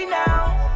now